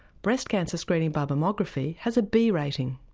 breast cancer screening by mammography has a b rating.